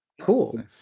Cool